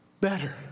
better